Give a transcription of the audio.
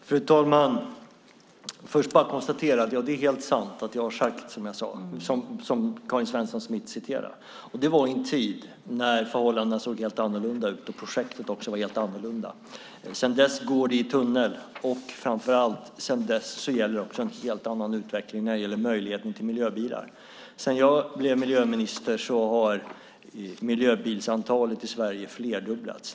Fru talman! Jag ska börja med att konstatera att det är helt sant att jag sagt det som Karin Svensson Smith säger att jag sagt. Det var i en tid när förhållandena, liksom projektet, såg helt annorlunda ut. Sedan dess går det i tunnel. Framför allt har vi sedan dess en helt annan utveckling vad gäller möjligheten till miljöbilar. Sedan jag blev miljöminister har antalet miljöbilar i Sverige flerdubblats.